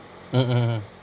mmhmm